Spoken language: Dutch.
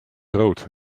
rood